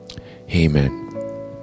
Amen